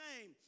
name